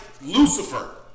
Lucifer